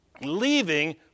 leaving